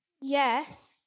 Yes